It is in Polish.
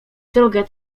drogę